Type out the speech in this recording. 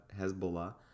Hezbollah